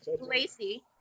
Lacey